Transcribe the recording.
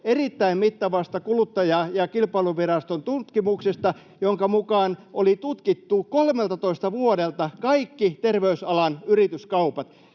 erittäin mittavasta kuluttaja- ja kilpailuviraston tutkimuksesta, jonka mukaan oli tutkittu 13 vuodelta kaikki terveysalan yrityskaupat,